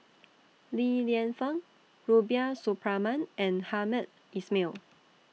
Li Lienfung Rubiah Suparman and Hamed Ismail